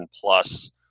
plus